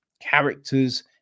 characters